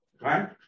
Right